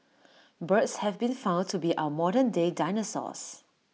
birds have been found to be our modern day dinosaurs